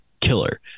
killer